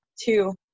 two